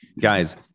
guys